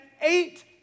eight